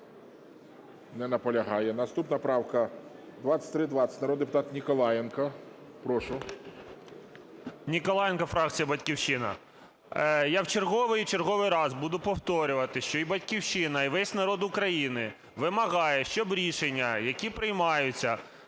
Наступна правка - 2320, народний депутат Ніколаєнко. Прошу. 10:49:14 НІКОЛАЄНКО А.І. Ніколаєнко, фракція "Батьківщина". Я в черговий і черговий раз буду повторювати, що і "Батьківщина", і весь народ України вимагає, щоб рішення, які приймаються,